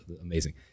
amazing